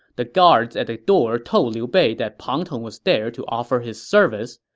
the guards at the door told liu bei that pang tong was there to offer his service,